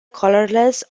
colorless